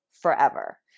forever